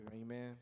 Amen